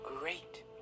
great